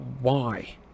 why